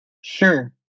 Sure